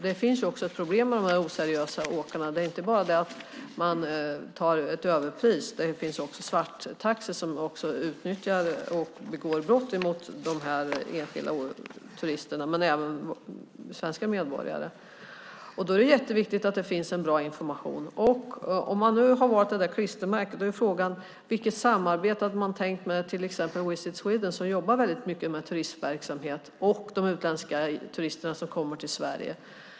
Det finns nämligen ett problem med de oseriösa åkarna: Det är inte bara det att de tar ut överpris, utan det finns också svarttaxi som utnyttjar och begår brott mot både enskilda turister och svenska medborgare. Det är jätteviktigt att det finns bra information. Om man nu har valt klistermärket är frågan: Vilket samarbete hade man tänkt med till exempel Visit Sweden, som jobbar väldigt mycket med turistverksamhet och de utländska turister som kommer till Sverige?